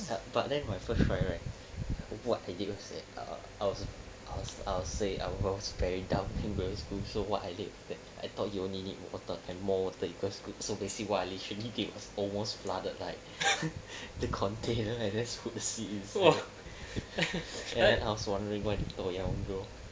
but but then my first try right what I did was that err I was I was I will say I was very dumb in primary school so what I did that I thought you only need water and more water equals good so basically what I literally did was almost flooded like the container then I just put the seed inside then I was wondering why the 豆芽 won't grow